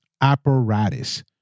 apparatus